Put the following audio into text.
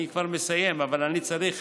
אני כבר מסיים, אבל אני צריך